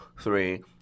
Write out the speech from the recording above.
three